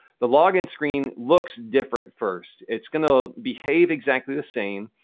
the login screen looks different first. it's gonna behave exactly the same,